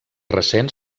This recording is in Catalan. recents